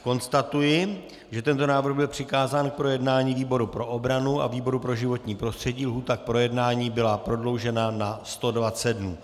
Konstatuji, že tento návrh byl přikázán k projednání výboru pro obranu a výboru pro životní prostředí, lhůta k projednání byla prodloužena na 120 dnů.